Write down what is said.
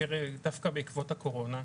דווקא בעקבות הקורונה,